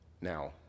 Now